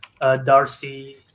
Darcy